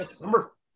Number